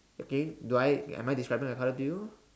okay do I am I describing a color due